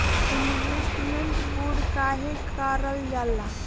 Investment bond काहे कारल जाला?